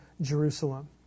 Jerusalem